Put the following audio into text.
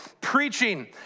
preaching